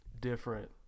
different